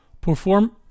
Perform